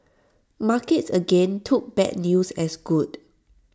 markets again took bad news as good